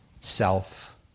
Self